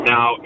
Now